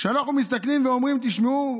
כשאנחנו מסתכלים ואומרים: תשמעו,